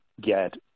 get